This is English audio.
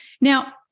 Now